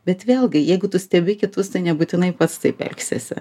bet vėlgi jeigu tu stebi kitus tai nebūtinai pats taip elgsiesi